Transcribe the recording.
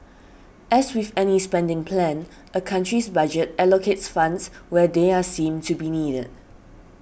as with any spending plan a country's budget allocates funds where they are seen to be needed